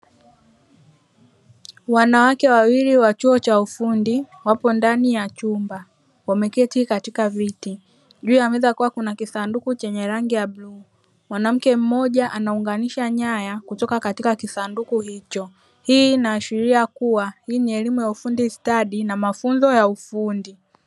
Wanawake wawili wa chuo cha ufundi wapo ndani ya chumba wameketi katika viti, juu ya meza kukiwa kuna kisanduku chenye rangi ya bluu. Mwanamke mmoja anaunganisha nyaya katika kisanduku hicho, hii inaashiria kua hii ni elimu ya ufundi stadi na mafunzo ya ufundi.